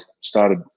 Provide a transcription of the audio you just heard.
started –